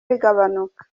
bigabanuka